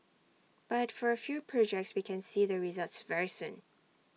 but for A few projects we can see the results very soon